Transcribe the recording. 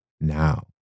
now